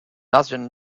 asian